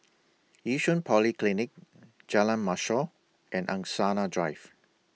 Yishun Polyclinic Jalan Mashhor and Angsana Drive